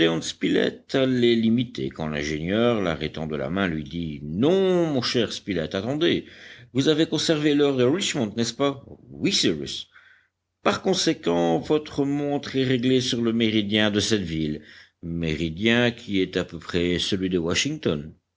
allait l'imiter quand l'ingénieur l'arrêtant de la main lui dit non mon cher spilett attendez vous avez conservé l'heure de richmond n'est-ce pas oui cyrus par conséquent votre montre est réglée sur le méridien de cette ville méridien qui est à peu près celui de washington